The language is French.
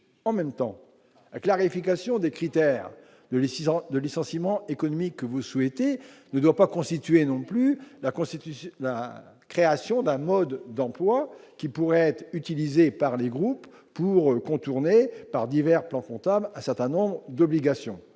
en même temps à clarification des critères de les 6 ans de licenciement économique que vous souhaitez ne doit pas constituer non plus la Constitution, la création d'un mode d'emploi qui pourraient être utilisées par les groupes pour contourner par divers plans comptables, un certain nombre d'obligations